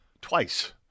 twice